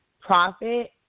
profit